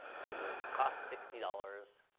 so it costs sixty dollars,